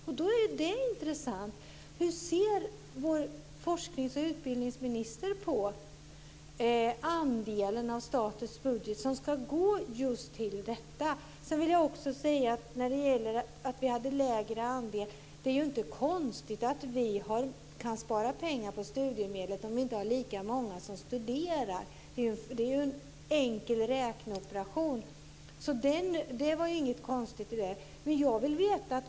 Därför är det intressant att höra hur vår forsknings och utbildningsminister ser på den andel av statens budget som ska gå till just detta. När det gäller vår lägre andel vill jag säga att det inte är konstigt att vi kan spara pengar på studiemedlen om det inte är lika många som studerar - en enkel räkneoperation. Det är alltså inget konstigt i det.